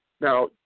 Now